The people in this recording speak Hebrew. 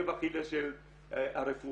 העקב אכילס של הרפואה.